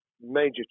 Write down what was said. major